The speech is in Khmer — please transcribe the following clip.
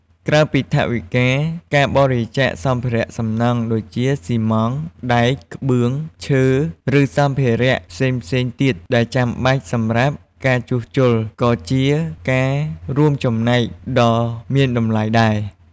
ក្រៅពីថវិកា ការបរិច្ចាគសម្ភារៈសំណង់ ដូចជា ស៊ីម៉ងត៍ ដែក ក្បឿង ឈើ ឬសម្ភារៈផ្សេងៗទៀតដែលចាំបាច់សម្រាប់ការជួសជុល ក៏ជាការរួមចំណែកដ៏មានតម្លៃដែរ។